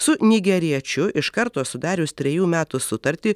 su nigeriečiu iš karto sudarius trejų metų sutartį